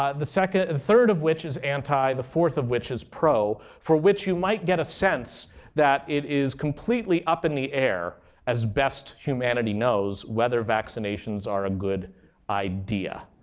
ah the third of which is anti, the fourth of which is pro, for which you might get a sense that it is completely up in the air as best humanity knows whether vaccinations are a good idea.